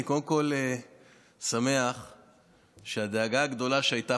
אני קודם כול שמח שהדאגה הגדולה שהייתה